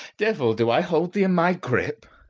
devil! do i hold thee in my grip?